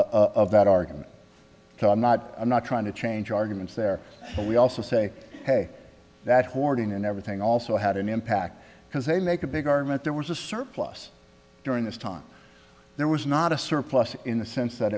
argument i'm not i'm not trying to change arguments there but we also say hey that hoarding and everything also had an impact because they make a big argument there was a surplus during this time there was not a surplus in the sense that